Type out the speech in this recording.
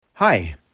Hi